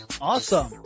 Awesome